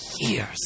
years